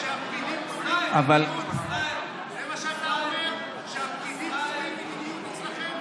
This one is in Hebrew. זה מה שאתה אומר, שהפקידים קובעים מדיניות אצלכם?